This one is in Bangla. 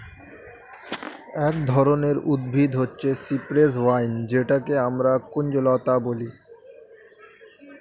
এক ধরনের উদ্ভিদ হচ্ছে সিপ্রেস ভাইন যেটাকে আমরা কুঞ্জলতা বলি